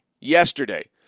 Yesterday